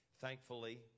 Thankfully